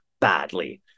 badly